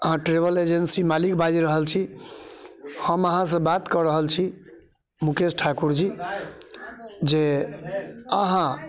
अहाँ travel agency मालिक बाजि रहल छी हम अहाँसँ बात कऽ रहल छी मुकेश ठाकुर जी जे अहाँ